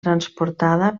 transportada